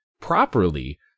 properly